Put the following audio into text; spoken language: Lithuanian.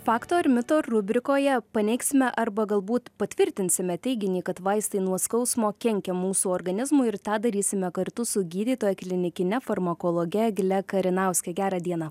fakto ir mito rubrikoje paneigsime arba galbūt patvirtinsime teiginį kad vaistai nuo skausmo kenkia mūsų organizmui ir tą darysime kartu su gydytoja klinikine farmakologe egle karinauske gera diena